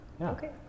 Okay